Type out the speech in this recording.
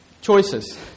choices